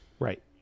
Right